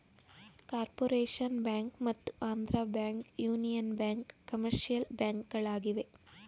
corporation Bank ಮತ್ತು Andhra Bank, Union Bank commercial ಬ್ಯಾಂಕ್ಗಳಾಗಿವೆ